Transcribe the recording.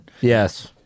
Yes